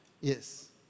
yes